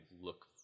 look